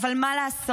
אבל מה לעשות,